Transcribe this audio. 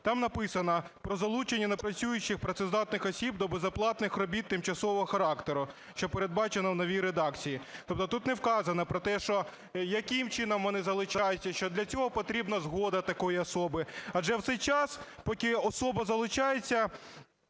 Там написано: про залучення непрацюючих працездатних осіб до безоплатних робіт тимчасового характеру, що передбачено в новій редакції. Тобто тут не вказано про те, що яким чином вони залучаються, що для цього потрібна згода такої особи, адже в цей час, поки особа залучається,